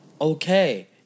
Okay